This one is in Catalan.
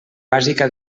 bàsica